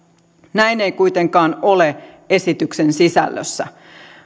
näin ei kuitenkaan ole esityksen sisällössä